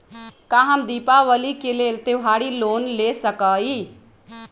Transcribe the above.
का हम दीपावली के लेल त्योहारी लोन ले सकई?